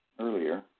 earlier